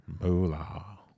Moolah